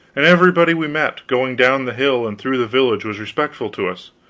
and everybody we met, going down the hill and through the village was respectful to us,